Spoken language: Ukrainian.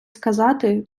сказати